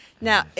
Now